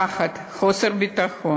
פחד, חוסר ביטחון.